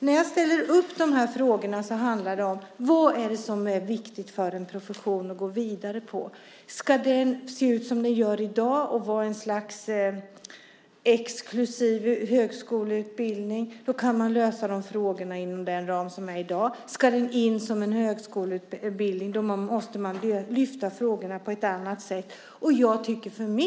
När jag ställer de här frågorna handlar det om vad som är viktigt för en profession att gå vidare med. Om den ska se ut som den gör i dag och vara ett slags exklusiv högskoleutbildning kan man lösa dessa frågor inom den ram som finns i dag. Om den ska in som en högskoleutbildning måste man lyfta upp frågorna på ett annat sätt.